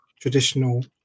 traditional